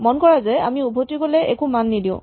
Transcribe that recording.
মন কৰা যে আমি উভটি গ'লে একো মান নিদিওঁ